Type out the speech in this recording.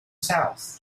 south